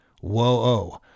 Whoa